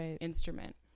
instrument